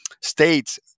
states